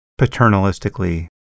paternalistically